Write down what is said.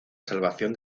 salvación